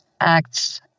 acts